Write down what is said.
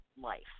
life